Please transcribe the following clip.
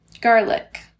garlic